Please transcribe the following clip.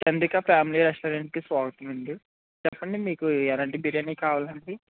Chandrika family రెస్టారెంట్కి స్వాగతం అండి చెప్పండి మీకు ఎలాంటి బిర్యానీ కావాలి అండి